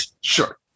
Sure